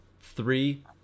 three